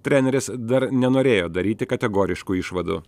treneris dar nenorėjo daryti kategoriškų išvadų